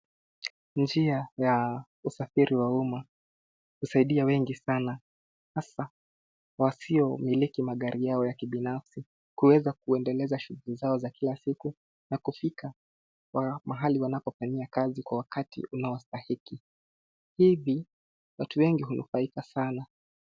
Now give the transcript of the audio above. Njia ya usafiri wa umma husaidia wengi sana, hasa wasiomiliki magari yao ya kibinafsi kuweza kuendeleza shughuli zao za kila siku na kufika kwa mahali wanapofanyia kazi kwa wakati unaostahiki. Hivi, watu wengi hunufaika sana.